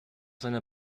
seiner